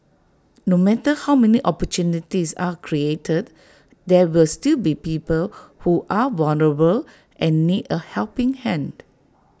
no matter how many opportunities are created there will still be people who are vulnerable and need A helping hand